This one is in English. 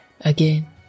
again